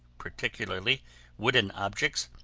particularly wooden objects,